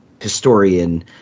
historian